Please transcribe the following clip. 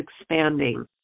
expanding